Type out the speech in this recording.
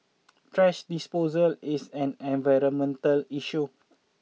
thrash disposal is an environmental issue